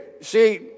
see